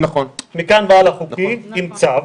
מכאן והלאה חוקי עם צו